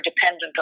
dependent